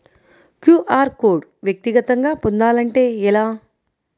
QR code వ్యక్తిగతంగా పొందాలంటే ఎలా?